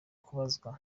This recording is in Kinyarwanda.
kubazwa